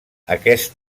aquest